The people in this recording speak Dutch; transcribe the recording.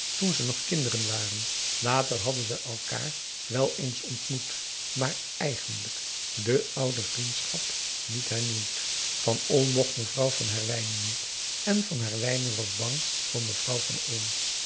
toen ze nog kinderen waren later hadden ze elkaar wel eens ontmoet maar eigenlijk de oude vriendschap niet hernieuwd van olm mocht mevrouw van herwijnen niet en van herwijnen was bang voor mevrouw van olm